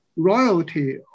royalty